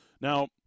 Now